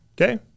Okay